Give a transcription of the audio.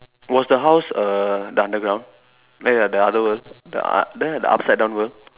was the house err the underground like the the other world the uh there the upside down world